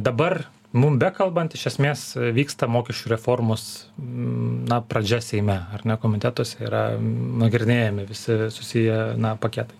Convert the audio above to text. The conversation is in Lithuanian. dabar mums bekalbant iš esmės vyksta mokesčių reformos na pradžia seime ar ne komitetuose yra nagrinėjami visi susiję na paketai